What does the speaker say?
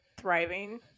thriving